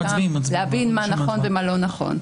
להבין מה נכון ומה לא נכון.